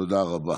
תודה רבה.